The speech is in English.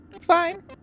Fine